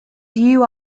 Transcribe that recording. you